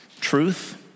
truth